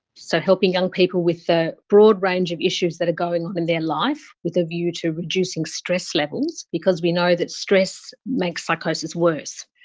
so, helping young people with the broad range of issues that are going on in their life with a view to reducing stress levels, because we know that stress makes psychosis worse.